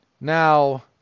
Now